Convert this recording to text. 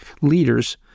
leaders